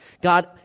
God